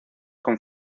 con